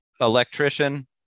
Electrician